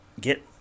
get